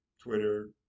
Twitter